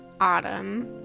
autumn